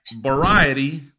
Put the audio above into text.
Variety